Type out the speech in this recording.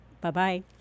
bye-bye